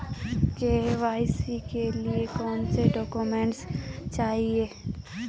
KYC के लिए कौनसे डॉक्यूमेंट चाहिये?